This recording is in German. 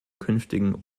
künftigen